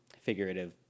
figurative